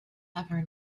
ever